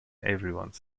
everyone